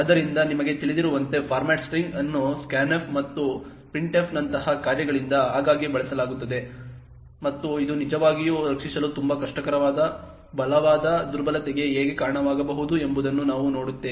ಆದ್ದರಿಂದ ನಿಮಗೆ ತಿಳಿದಿರುವಂತೆ ಫಾರ್ಮ್ಯಾಟ್ ಸ್ಟ್ರಿಂಗ್ ಅನ್ನು ಸ್ಕ್ಯಾನ್ಎಫ್ ಮತ್ತು printf ನಂತಹ ಕಾರ್ಯಗಳಿಂದ ಆಗಾಗ್ಗೆ ಬಳಸಲಾಗುತ್ತದೆ ಮತ್ತು ಇದು ನಿಜವಾಗಿಯೂ ರಕ್ಷಿಸಲು ತುಂಬಾ ಕಷ್ಟಕರವಾದ ಬಲವಾದ ದುರ್ಬಲತೆಗೆ ಹೇಗೆ ಕಾರಣವಾಗಬಹುದು ಎಂಬುದನ್ನು ನಾವು ನೋಡುತ್ತೇವೆ